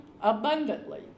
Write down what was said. abundantly